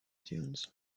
dunes